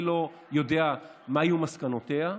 אני לא יודע מה יהיו מסקנותיה,